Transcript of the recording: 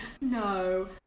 No